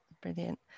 brilliant